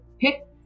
pick